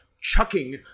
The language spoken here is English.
chucking